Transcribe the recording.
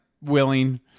willing